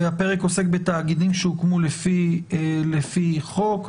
הפרק עוסק בתאגידים שהוקמו לפי חוק,